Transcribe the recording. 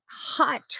Hot